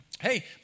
Hey